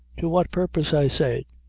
to what purpose, i say?